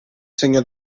segnò